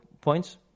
points